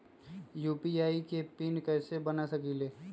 UPI के PIN कैसे बना सकीले?